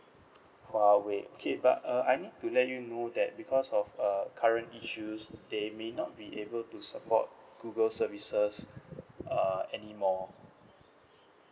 huawei okay but uh I need to let you know that because of uh current issues they may not be able to support google services uh anymore